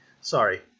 Sorry